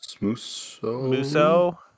Muso